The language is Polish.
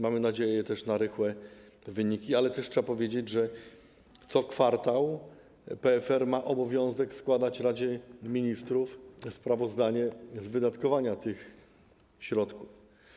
Mamy nadzieję na rychłe wyniki, ale trzeba też powiedzieć, że co kwartał PFR ma obowiązek składać Radzie Ministrów sprawozdanie z wydatkowania tych środków.